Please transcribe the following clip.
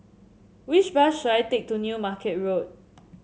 which bus should I take to New Market Road